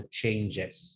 changes